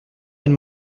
elle